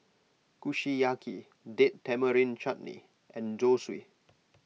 Kushiyaki Date Tamarind Chutney and Zosui